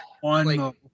one